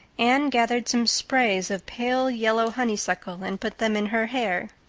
anne gathered some sprays of pale-yellow honeysuckle and put them in her hair.